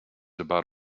about